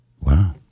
Wow